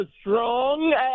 strong